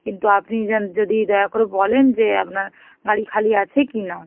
কিন্তু আপনি যদি দয়া করে বলেন যে আপনার গাড়ি খালি আছে কি না